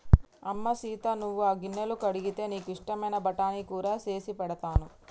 అమ్మ సీత నువ్వు ఆ గిన్నెలు కడిగితే నీకు ఇష్టమైన బఠానీ కూర సేసి పెడతాను